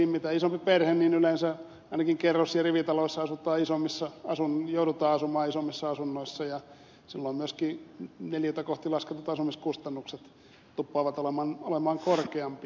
mitä isompi perhe sitä isommissa asunnoissa yleensä ainakin kerros ja rivitaloissa on hupaisa missä asun jouduttaa summa joudutaan asumaan ja silloin myöskin neliötä kohti lasketut asumiskustannukset tuppaavat olemaan korkeampia